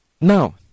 now